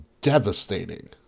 devastating